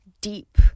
deep